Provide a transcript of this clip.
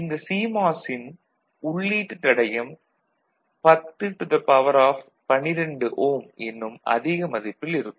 இந்த சிமாஸ் ன் உள்ளீட்டு தடையம் 1012 ஓம் என்னும் அதிக மதிப்பில் இருக்கும்